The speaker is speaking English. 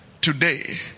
today